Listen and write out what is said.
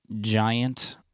giant